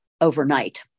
overnight